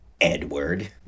Edward